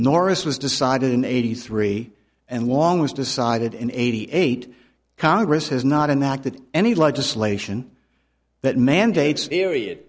norris was decided in eighty three and long was decided in eighty eight congress has not enact that any legislation that mandates